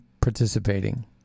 participating